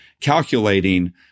calculating